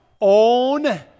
own